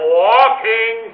walking